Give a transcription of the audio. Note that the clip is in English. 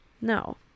No